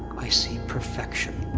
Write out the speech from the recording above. i see perfection.